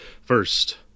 First